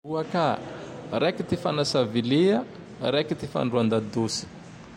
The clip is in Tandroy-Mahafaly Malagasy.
Roa ka! Raiky ty fanasa vilia, raiky ty fandora an-dadosy.